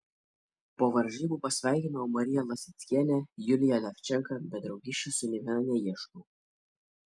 po varžybų pasveikinau mariją lasickienę juliją levčenką bet draugysčių su nė viena neieškau